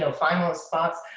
so finalist spots.